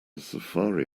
safari